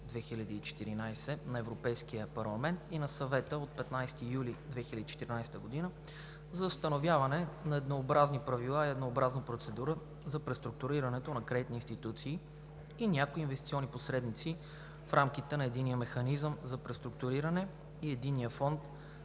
806/2014 на Европейския парламент и на Съвета от 15 юли 2014 г., за установяване на еднообразни правила и еднообразна процедура за преструктурирането на кредитни институции и някои инвестиционни посредници в рамките на Единния механизъм за преструктуриране и Единен фонд